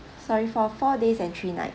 sorry for four days and three nights